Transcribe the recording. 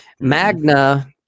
Magna